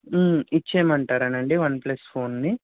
ఇచ్చేయమంటారా అండి OnePlus ఫోన్ని